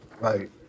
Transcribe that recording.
Right